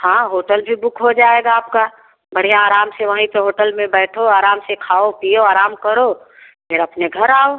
हाँ होटल भी बुक हो जाएगा आपका बढ़िया आराम से वहीं पर होटल में बैठो आराम से खाओ पियो आराम करो फिर अपने घर आओ